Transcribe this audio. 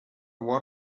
what